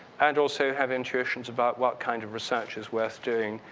and also have intuitions about what kind of research is worth doing,